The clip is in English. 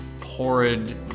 horrid